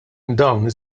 dawn